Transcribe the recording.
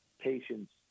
patients